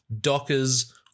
Dockers